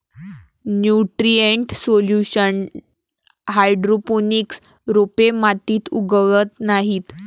nutrient solution hydroponics रोपे मातीत उगवत नाहीत